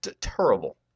Terrible